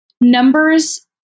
numbers